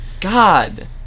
God